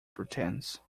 pretence